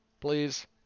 please